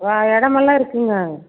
ஆ இடமெல்லாம் இருக்குங்க